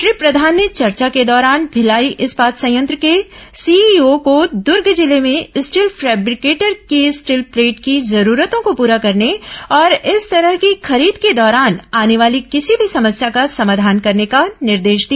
श्री प्रधान ने चर्चा के दौरान भिलाई इस्पात संयंत्र के सीईओ को दूर्ग जिले में स्टील फैब्रिकेटर की स्टील प्लेट की जरूरतों को पूरा करने और इस तरह की खरीद के दौरान आर्न वाली किसी मी समस्या का समाधान करने का निर्देश दिया